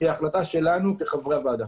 החלטה שלנו כחברי הוועדה.